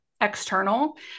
external